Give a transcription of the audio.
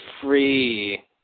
free